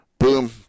Boom